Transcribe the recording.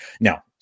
Now